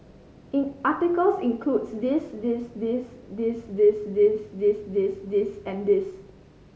in articles include this this this this this this this this this and this